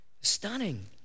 Stunning